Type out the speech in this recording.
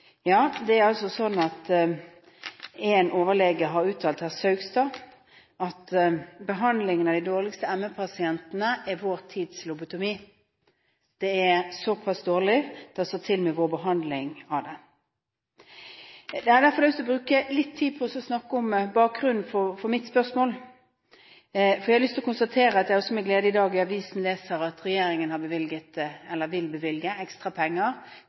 Ja, det er altså sånn at en overlege, herr Saugstad, har uttalt at behandlingen av de dårligste ME-pasientene er vår tids lobotomi. Det er såpass dårlig det står til med vår behandling av disse pasientene. Det er derfor jeg har lyst til å bruke litt tid på å snakke om bakgrunnen for mitt spørsmål. Jeg har lyst til å konstatere at jeg med glede i dag leser i avisen at regjeringen vil bevilge ekstra penger